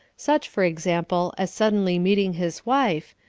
such, for example, as suddenly meeting his wife,